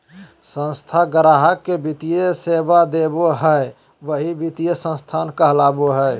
संस्था गाहक़ के वित्तीय सेवा देबो हय वही वित्तीय संस्थान कहलावय हय